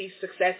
success